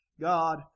God